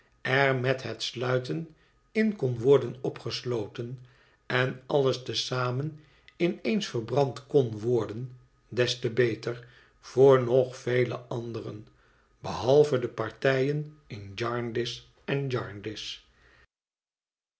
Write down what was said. er met het sluiten in kon worden opgesloten en alles te zamen in eens verbrand kon worden des te beter voor nog vele anderen behalve de partijen in jarndyce en